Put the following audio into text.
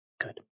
Good